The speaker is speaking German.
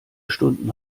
stunden